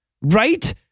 Right